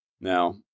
Now